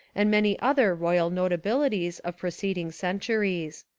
and many other royal notabilities of preceding cen turies.